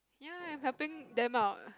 ya I'm helping them out